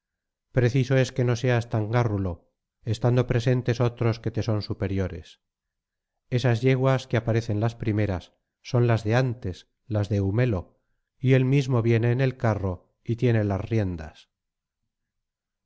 preciso es que no seas tan gárrulo estando presentes otros que te son superiores esas yeguas que aparecen las primeras son las de antes las de eumelo y él mismo viene en el carro y tiene las riendas